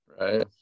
Right